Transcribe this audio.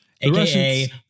AKA